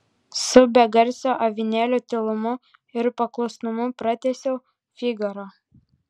su begarsio avinėlio tylumu ir paklusnumu pratęsiau figaro